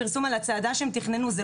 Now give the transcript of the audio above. פרסום על הצעדה של ראש עיריית ראשון לציון.